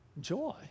joy